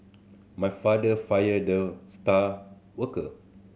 my father fired the star worker